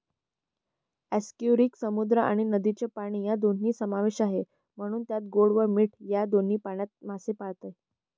आस्कियुरी समुद्र व नदीचे पाणी या दोन्ही समावेश आहे, म्हणून त्यात गोड व मीठ या दोन्ही पाण्यात मासे पाळते